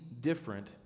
different